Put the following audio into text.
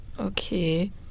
Okay